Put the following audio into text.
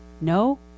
No